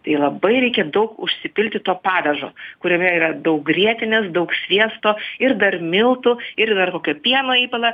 tai labai reikia daug užsipilti to padažo kuriame yra daug grietinės daug sviesto ir dar miltų ir dar kokio pieno įpila